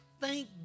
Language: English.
thank